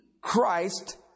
Christ